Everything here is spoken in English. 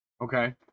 Okay